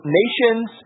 nations